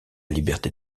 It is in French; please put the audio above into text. liberté